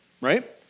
right